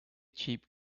cheap